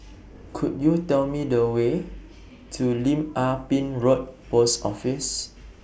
Could YOU Tell Me The Way to Lim Ah Pin Road Post Office